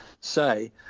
say